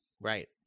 Right